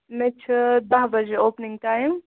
مےٚ چھِ دَہ بَجے اوپنِنٛگ ٹایِم